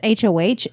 HOH